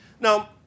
Now